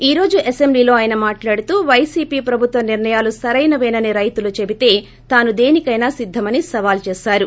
ఈ రోజు అసెంబ్లీలో ఆయన మాట్లాడుతూ వైసీపీ ప్రభుత్వ నిర్ణయాలు సరైనవేనని రైతులు చెబితే తాను దేనికైనా సిద్దమని సవాల్ చేసారు